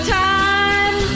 time